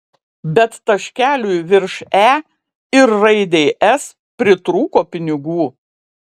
bet taškeliui virš e ir raidei s pritrūko pinigų